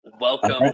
Welcome